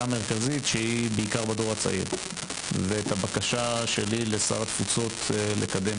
המרכזית שהיא בעיקר בדור הצעיר ואת הבקשה שלי לשר התפוצות לקדם